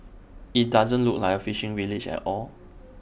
IT doesn't look like A fishing village at all